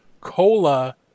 Cola